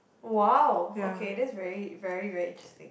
!wow! okay that's very very very interesting